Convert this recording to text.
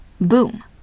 boom